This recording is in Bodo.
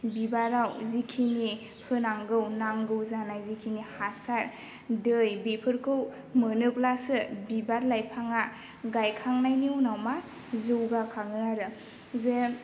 बिबाराव जिखिनि होनांगौ नांगौ जानाय जेखिनि हासार दै बेफोरखौ मोनोब्लासो बिबार लाइफाङा गायखांनायनि उनाव मा जौगाखाङो आरो जे